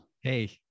hey